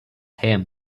him